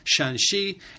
Shanxi